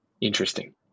interesting